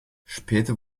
später